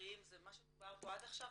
העיקריים זה מה שדובר פה עד עכשיו?